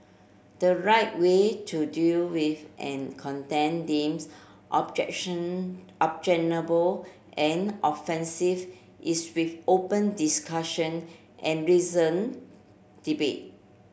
the right way to deal with any content deems objection objectionable and offensive is with open discussion and reasoned debate